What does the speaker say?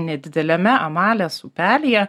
nedideliame amalės upelyje